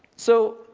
so,